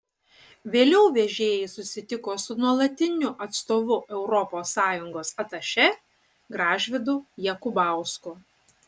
vėliau vežėjai susitiko su nuolatiniu atstovu europos sąjungos atašė gražvydu jakubausku